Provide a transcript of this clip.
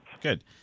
Good